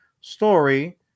story